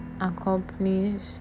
accomplish